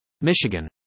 Michigan